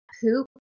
poop